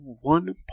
one